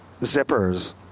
zippers